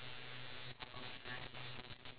ya actually me too